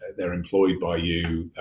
they're employed by you,